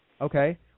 Okay